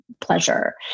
pleasure